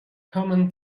common